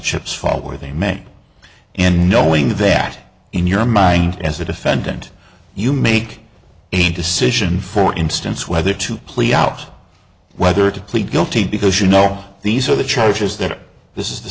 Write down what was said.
chips fall where they may and knowing that in your mind as a defendant you make a decision for instance whether to plea out whether to plead guilty because you know these are the charges that this is the